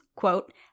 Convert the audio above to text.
Quote